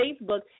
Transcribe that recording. Facebook